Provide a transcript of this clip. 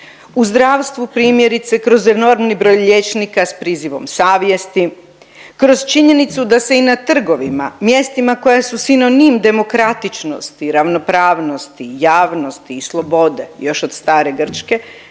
u zdravstvu, primjerice, kroz enormni broj liječnika s prizivom savjesti, kroz činjenicu da se i na trgovima, mjestima koja su sinonim demokratičnosti, ravnopravnosti, javnosti i slobode još od stare Grčke